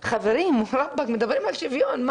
חברים, רבאק, מדברים על שוויון.